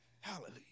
Hallelujah